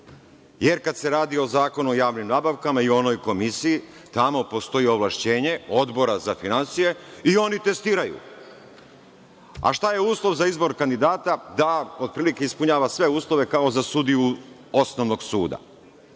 jer kada se radi o Zakonu o javnim nabavkama i onoj Komisiji, tamo postoji ovlašćenje Odbora za finansije i oni testiraju. Šta je uslov za izbor kandidata? Da otprilike ispunjava sve uslove za sudiju osnovnog suda